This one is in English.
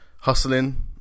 hustling